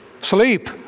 Sleep